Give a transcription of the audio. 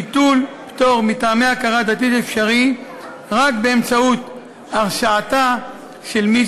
ביטול פטור מטעמי הכרה דתית אפשרי רק באמצעות הרשעתה של מי